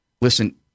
Listen